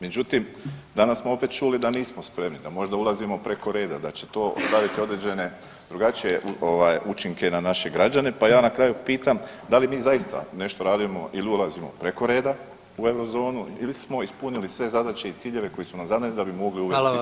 Međutim, danas smo opet čuli da nismo spremni, da možda ulazimo preko reda, da će to ostaviti određene drugačije učinke na naše građane pa ja na kraju pitam da li mi zaista nešto radimo ili ulazimo preko reda u euro zonu ili smo ispunili sve zadaće i ciljeve koji su nam zadani da bismo mogli uvesti taj euro.